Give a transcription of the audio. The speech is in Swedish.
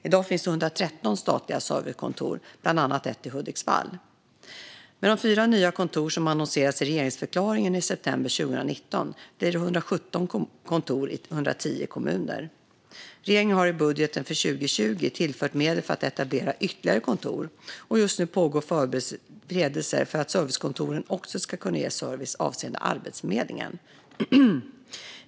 I dag finns det 113 statliga servicekontor, bland annat ett i Hudiksvall. Med de fyra nya kontor som annonserades i regeringsförklaringen i september 2019 blir det 117 kontor i 110 kommuner. Regeringen har i budgeten för 2020 tillfört medel för att etablera ytterligare kontor. Just nu pågår förberedelser för att servicekontoren också ska ge service avseende Arbetsförmedlingen.